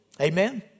Amen